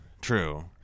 True